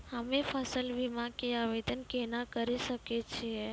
हम्मे फसल बीमा के आवदेन केना करे सकय छियै?